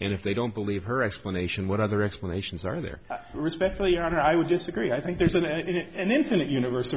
and if they don't believe her explanation what other explanations are there respectfully your honor i would disagree i think there's an end infinite univers